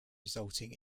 resulting